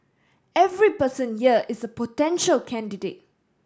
every person here is a potential candidate